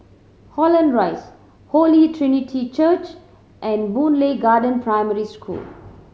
Holland Rise Holy Trinity Church and Boon Lay Garden Primary School